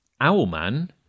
Owlman